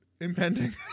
impending